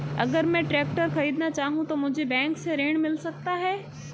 अगर मैं ट्रैक्टर खरीदना चाहूं तो मुझे बैंक से ऋण मिल सकता है?